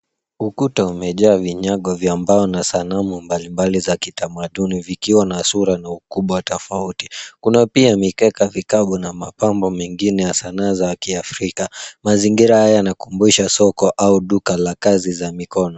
Ukuta umejaa vinyago vya mbao na sanamu mbalimbali za kitamaduni vikiwa na sura na ukubwa tofauti. Kuna pia mikeka mikavu na mapambo mengine ya sanaa za kiafrika. Mazingira haya yanakumbuisha soko au duka la kazi za mikono.